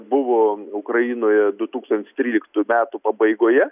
buvo ukrainoje du tūkstantis tryliktų metų pabaigoje